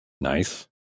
Nice